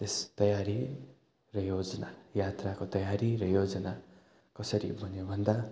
यस तयारी र योजना यात्राको तयारी र योजना कसरी बन्यो भन्दा